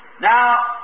Now